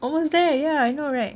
almost there ya I know right